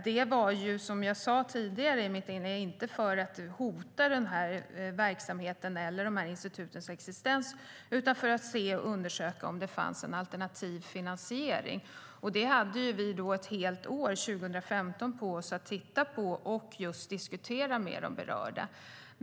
Som jag sade i ett tidigare inlägg var det inte för att hota verksamheten eller institutens existens utan för att undersöka om det fanns alternativ finansiering. Det hade vi ett helt år, 2015, på oss att titta på och just diskutera med de berörda.